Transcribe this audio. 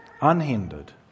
unhindered